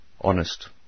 Honest